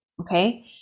Okay